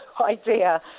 idea